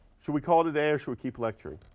should we call it a day or should we keep lecturing?